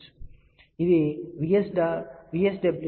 కాబట్టి ఇది VSWR యొక్క విలువ 5